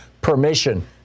permission